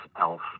elf